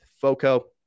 Foco